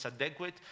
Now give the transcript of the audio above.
adequate